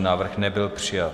Návrh nebyl přijat.